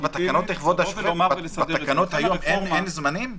בתקנות היום אין זמנים?